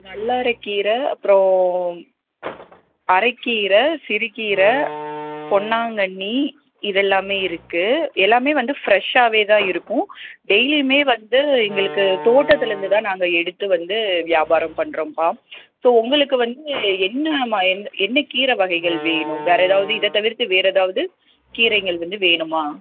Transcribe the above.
வல்லாரக்கீரை அப்புறோம் அரக்கீரை சிறுக்கீரை பொன்னாங்கண்ணி இதெல்லாமே இருக்குது எல்லாமே வந்து ஃப்ரஷ்ஷாகவேதான் இருக்கும் டெய்லியுமே வந்து எங்களுக்கு தோட்டத்தில் இருந்துதான் நாங்கள் எடுத்து வந்து வியாபாரம் பண்ணுறோம்ப்பா ஸோ உங்களுக்கு வந்து என்ன மா எந்த என்ன கீரைவகைகள் வேணும் வேறு ஏதாவது இது தவிர்த்து வேறு ஏதாவது கீரைங்கள் வந்து வேணுமா